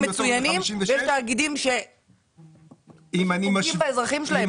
יש תאגידים מצוינים ויש תאגידים שפוגעים באזרחים שלהם.